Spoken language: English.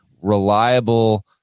reliable